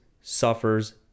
suffers